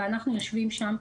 ואנחנו יושבים שם,